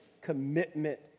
commitment